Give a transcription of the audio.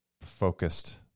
focused